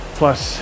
plus